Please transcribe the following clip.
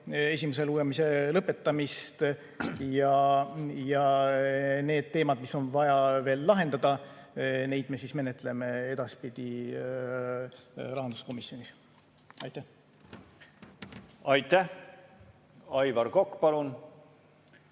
lugemise lõpetamist. Neid teemasid, mis on vaja veel lahendada, me menetleme edaspidi rahanduskomisjonis. Aitäh! Aitäh! Aivar Kokk, palun,